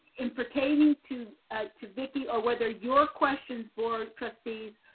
in pertaining to to vicky or whether your questions board trustees,